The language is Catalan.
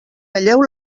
talleu